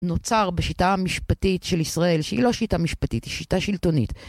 נוצר בשיטה המשפטית של ישראל, שהיא לא שיטה משפטית, היא שיטה שלטונית.